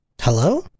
hello